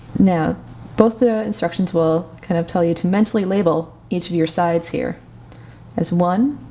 now both the instructions will kind of tell you to mentally label each of your sides here as one,